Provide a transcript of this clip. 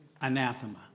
anathema